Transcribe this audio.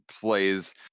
plays